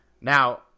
Now